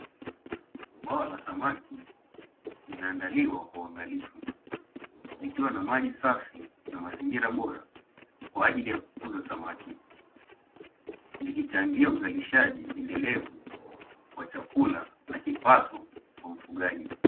Bwawa la samaki limeandaliwa kwa uangalifu, likiwa na maji safi na mazingira bira kwa ajili ya kukuza samaki, likichangia uzalishaji endelevu kwa chakula na kipato kwa mfugaji.